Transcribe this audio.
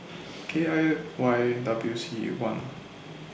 K I Y W C one